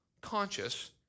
conscious